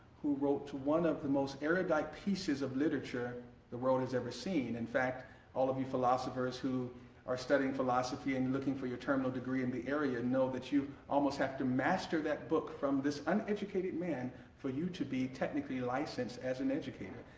who wrote one of the most erudite pieces of literature the world has ever seen in fact all of you philosophers who are studying philosophy and looking for your terminal degree in the area know that you almost have to master that book from this uneducated man for you to be technically licensed as an educator.